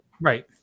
right